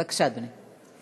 בבקשה, אדוני.